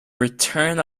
return